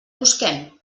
busquem